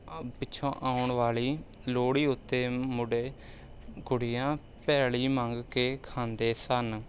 ਪਿੱਛੋਂ ਆਉਣ ਵਾਲੀ ਲੋਹੜੀ ਉੱਤੇ ਮੁੰਡੇ ਕੁੜੀਆਂ ਭੇਲੀ ਮੰਗ ਕੇ ਖਾਂਦੇ ਸਨ